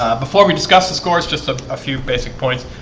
before we discuss the scores just a ah few basic points